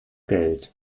geld